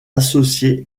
associer